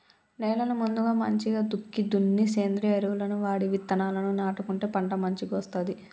నేలను ముందుగా మంచిగ దుక్కి దున్ని సేంద్రియ ఎరువులను వాడి విత్తనాలను నాటుకుంటే పంట మంచిగొస్తది